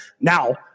Now